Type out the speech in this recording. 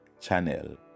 Channel